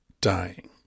dying